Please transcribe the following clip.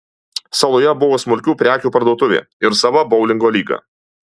saloje buvo smulkių prekių parduotuvė ir sava boulingo lyga